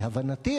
להבנתי,